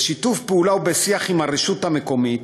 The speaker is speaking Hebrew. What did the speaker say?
בשיתוף פעולה ובשיח עם הרשות המקומית,